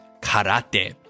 karate